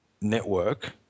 network